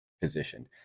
positioned